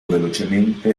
velocemente